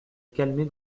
calmer